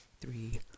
three